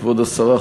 כבוד השרה,